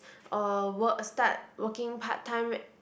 or work start working part time